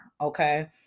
okay